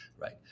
right